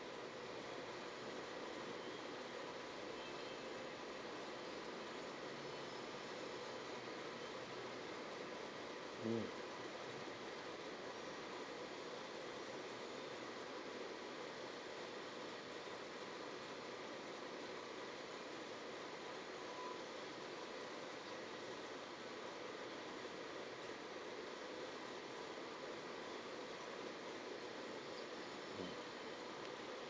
mm mm